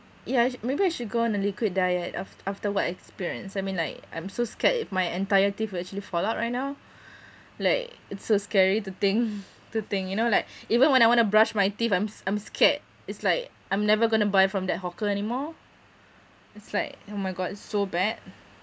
yeah I should maybe I should go on a liquid diet af~ after what I experienced I mean like I'm so scared if my entire teeth actually fall out right now like it's so scary to think to think you know like even when I want to brush my teeth I'm I'm scared it's like I'm never gonna buy from that hawker anymore it's like oh my god it's so bad